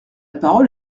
parole